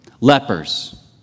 Lepers